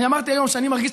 אני אמרתי היום שאני מרגיש,